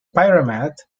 pyramid